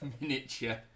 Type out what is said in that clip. miniature